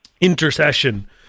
intercession